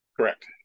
Correct